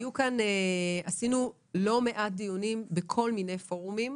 עשינו לא מעט דיונים בכל מיני פורומים.